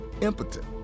impotent